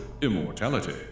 immortality